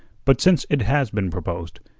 but since it has been proposed,